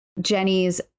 Jenny's